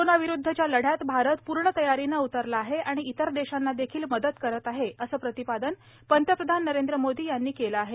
कोरोनाविरुध्दच्या लढ़यात भारत पूर्ण तयारीने उतरला आहे आणि इतर देशांना देखील मदत करत आहे असं प्रतिपादन पंतप्रधान नरेंद्र मोदी यांनी केलं आहे